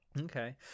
Okay